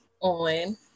on